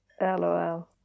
LOL